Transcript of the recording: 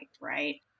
right